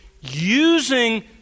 using